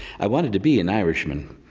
i wanted to be an irishman.